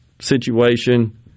situation